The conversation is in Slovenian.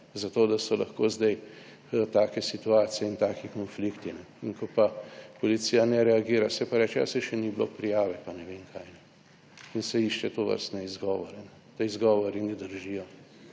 zato, da so lahko zdaj take situacije in taki konflikti. In ko pa policija ne reagira, se pa reče, ja, saj še ni bilo prijave pa ne vem kaj in se išče tovrstne izgovore, da izgovori ne držijo.